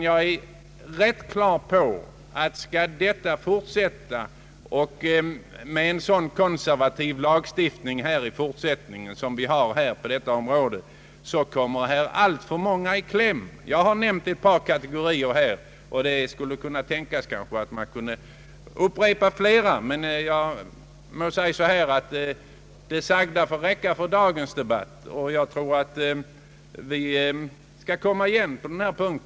Jag är på det klara med att alltför många kommer i kläm om vi fortsätter med en sådan här konservativ lagstiftning. Jag har nämnt ett par kategorier och skulle kunna räkna upp flera, men det sagda får räcka för dagens debatt. Vi skall nog återkomma till detta ärende.